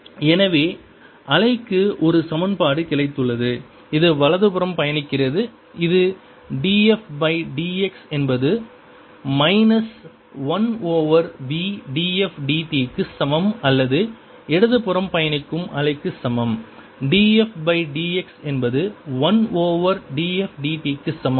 ∂u∂t v∂f∂u ∂f∂x∂f∂u 1v∂f∂t எனவே அலைக்கு ஒரு சமன்பாடு கிடைத்துள்ளது இது வலதுபுறம் பயணிக்கிறது இது df பை dx என்பது minus 1 over v df dt க்கு சமம் அல்லது இடதுபுறம் பயணிக்கும் அலைக்கு சமம் df பை dx என்பது 1 ஓவர் v df dt க்கு சமம்